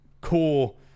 cool